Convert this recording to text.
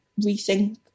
rethink